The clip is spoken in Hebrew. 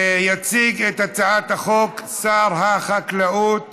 יציג את הצעת החוק שר החקלאות